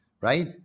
right